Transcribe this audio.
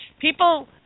people